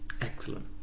Excellent